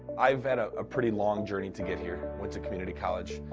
i have had a pretty long journey to get here. went to community college,